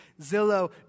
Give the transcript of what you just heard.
Zillow